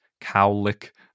cowlick